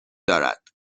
دارد